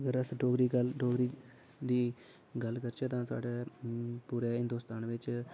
जे अस डोगरी दी गल्ल डोगरी दी दी गल्ल करचै तां साढ़ै पूरें हिंदूस्थान बिच्च